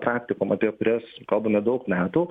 praktikom apie kurias kalbame daug metų